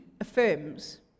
affirms